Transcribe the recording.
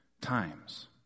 times